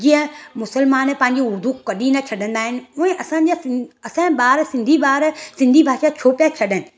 जीअं मुसलमान पंहिंजी उरदू कॾहिं ना छॾंदा आहिनि उहे असांजा सिंन असांजे ॿार सिंधी ॿार सिंधी भाषा खे छो पिया छॾनि